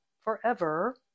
forever